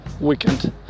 weekend